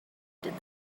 did